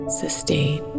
sustain